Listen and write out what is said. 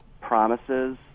promises